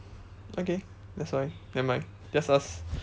okay that's why nevermind just ask